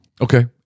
Okay